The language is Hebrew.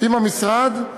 עם המשרד.